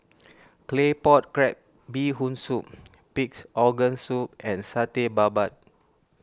Claypot Crab Bee Hoon Soup Pig's Organ Soup and Satay Babat